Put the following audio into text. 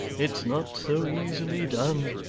it's not so easily done.